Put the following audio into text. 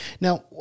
Now